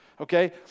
okay